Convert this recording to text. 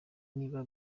niba